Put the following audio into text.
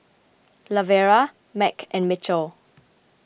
Lavera Mack and Mitchell